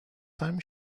time